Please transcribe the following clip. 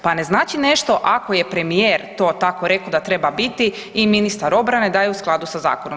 Pa ne znači nešto ako je premijer to tako rekao da treba biti i ministar obrane da je u skladu sa zakonom.